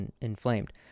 inflamed